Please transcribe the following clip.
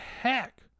heck